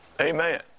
Amen